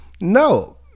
no